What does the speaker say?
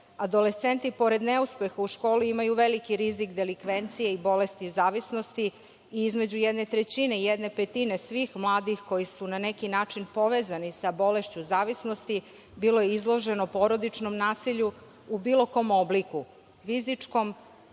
Adolescenti pored neuspeha u školi imaju veliki rizik delikvencije i bolesti zavisnosti. Između jedne trećine i jedne petine svih mladih koji su na neki način povezani sa bolešću zavisnosti bilo je izloženo porodičnom nasilju u bilo kom obliku, fizičkom,